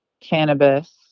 cannabis